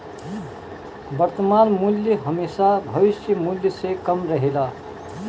वर्तमान मूल्य हेमशा भविष्य मूल्य से कम रहेला